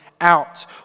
out